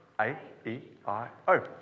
A-E-I-O